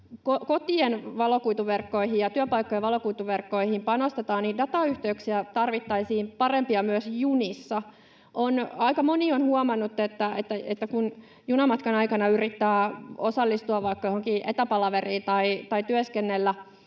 kotien valokuituverkkoihin ja työpaikkojen valokuituverkkoihin panostetaan, parempia datayhteyksiä tarvittaisiin myös junissa. Aika moni on huomannut, että kun junamatkan aikana yrittää osallistua vaikka johonkin etäpalaveriin tai työskennellä,